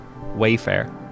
Wayfair